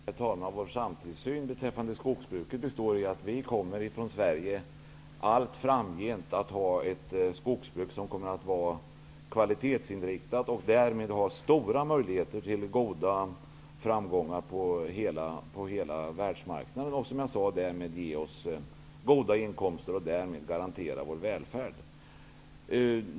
Herr talman! Vår framtidssyn beträffande skogsbruket består i att vi i Sverige allt framgent kommer att ha ett skogsbruk som är kvalitetsinriktat. Därmed kommer vi att ha stora möjligheter till framgångar på världsmarknaden, som kommer att ge oss stora inkomster och därmed garantera vår välfärd.